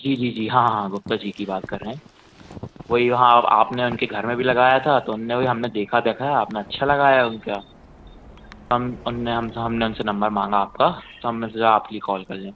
जी जी जी हाँ हाँ हाँ गुप्ता जी की बात कर रहें वही हाँ आपने उनके घर में भी लगाया था तो उन्होंने भी हमने देखा देखा है आपने अच्छा लगाया उनके यहाँ हम उन्होंने हम से हमने उन से नंबर माँगा आपका तो हमने सोचा आप के लिए कॉल कर लें